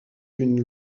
une